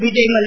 Vijay Mallya